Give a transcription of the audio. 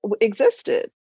existed